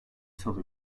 salı